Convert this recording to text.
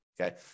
Okay